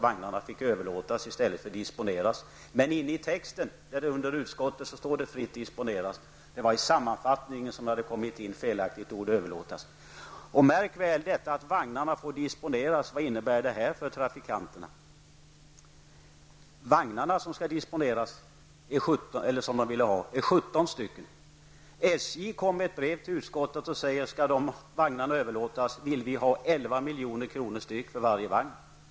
Vagnarna fick överlåtas i stället för att disponeras. Inne i texten under rubriken Utskottet står ''disponeras''. I Märk väl att vagnarna får disponeras. Vad innebär det för trafikanterna? De vill ha 17 vagnar. SJ skrev ett brev till utskottet och sade att om vagnarna skall överlåtas vill vi ha 11 milj.kr. styck för varje vagn.